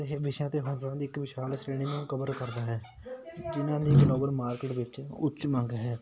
ਅਤੇ ਇਹ ਵਿਸ਼ਿਆਂ 'ਤੇ ਫੋਟੋਆਂ ਦੀ ਇੱਕ ਵਿਸ਼ਾਲ ਸ਼੍ਰੇਣੀ ਨੂੰ ਕਵਰ ਕਰਦਾ ਹੈ ਜਿਹਨਾਂ ਦੀ ਗਲੋਬਲ ਮਾਰਕੀਟ ਵਿੱਚ ਉੱਚ ਮੰਗ ਹੈ